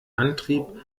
antrieb